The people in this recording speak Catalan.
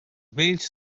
vells